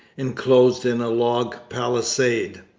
enclosed in a log palisade.